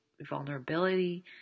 vulnerability